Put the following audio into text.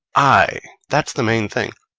i. that's the main thing.